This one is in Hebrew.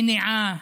מניעה,